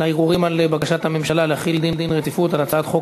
לערעורים על בקשת הממשלה להחיל דין רציפות על הצעת חוק